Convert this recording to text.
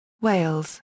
Wales